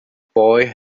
boy